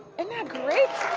and that great,